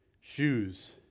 Shoes